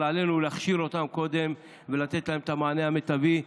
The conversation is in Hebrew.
אבל עלינו להכשיר אותם קודם ולתת להם את המענה המיטבי.